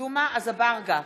ג'מעה אזברגה,